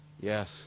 Yes